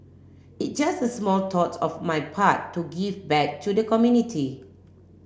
it's just a small tout of my part to give back to the community